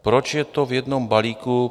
Proč je to v jednom balíku?